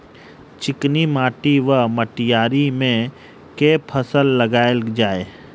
चिकनी माटि वा मटीयारी मे केँ फसल लगाएल जाए?